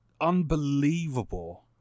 unbelievable